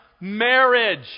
marriage